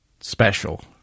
special